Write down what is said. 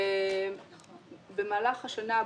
במהלך השנה,